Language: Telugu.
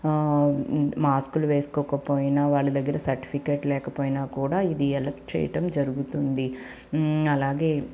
మాస్కులు వేసుకోకపోయినా వాళ్ళ దగ్గర సర్టిఫికేట్ లేకపోయినా కూడా ఇది ఎలక్ట్ చేయటం జరుగుతుంది అలాగే